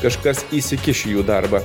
kažkas įsikiš į jų darbą